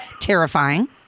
terrifying